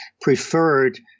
preferred